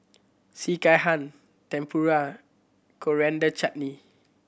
Sekihan Tempura Coriander Chutney